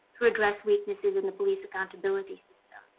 who address weaknesses in the police accountability systems.